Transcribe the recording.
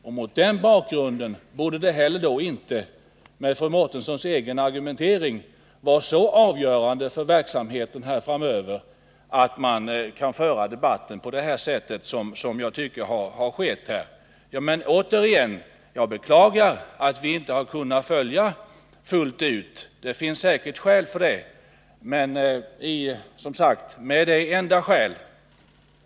Men mot den bakgrunden borde det då heller inte, med fru Mårtenssons egen argumentering, vara så avgörande för verksamheten framöver att man kan föra debatten på det sätt som jag tycker har skett här. Jag beklagar återigen att vi inte har kunnat följa förslaget om en ökning fullt ut, men det finns säkert skäl för det.